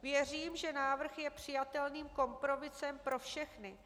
Věřím, že návrh je přijatelným kompromisem pro všechny.